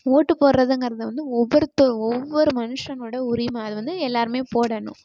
ஓட்டு போடுறதுங்கறது வந்து ஒவ்வொருத்து ஒவ்வொரு மனுஷனோடய உரிமை அதை வந்து எல்லாேருமே போடணும்